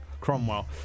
Cromwell